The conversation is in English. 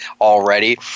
already